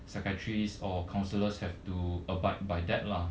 psychiatrist or counsellors have to abide by that lah